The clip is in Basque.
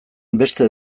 beste